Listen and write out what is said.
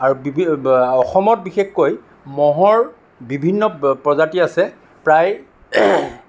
আৰু বিভিন্ন অসমত বিশেষকৈ মহৰ বিভিন্ন প্ৰ প্ৰজাতি আছে প্ৰায়